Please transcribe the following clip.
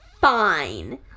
fine